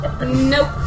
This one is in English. Nope